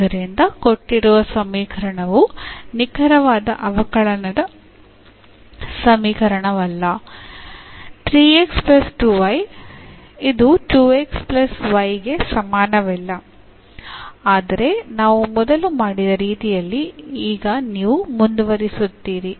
ಆದ್ದರಿಂದ ಕೊಟ್ಟಿರುವ ಸಮೀಕರಣವು ನಿಖರವಾದ ಅವಕಲನ ಸಮೀಕರಣವಲ್ಲ ಆದರೆ ನಾವು ಮೊದಲು ಮಾಡಿದ ರೀತಿಯಲ್ಲಿ ನೀವು ಈಗ ಮುಂದುವರಿಸುತ್ತೀರಿ